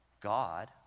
God